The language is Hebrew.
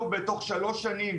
בשלוש שנים